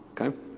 Okay